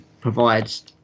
provides